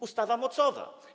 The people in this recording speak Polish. Ustawa mocowa.